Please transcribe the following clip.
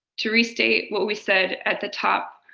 to restate what we said at the top,